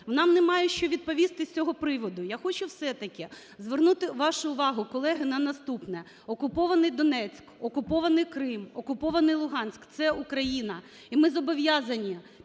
нам немає що відповісти з цього приводу. Я хочу все-таки звернути вашу увагу, колеги, на наступне. Окупований Донецьк, окупований Крим, окупований Луганськ – це Україна. І ми зобов'язані